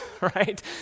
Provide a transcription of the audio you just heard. right